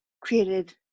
created